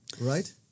right